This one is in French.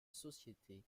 société